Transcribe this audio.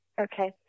Okay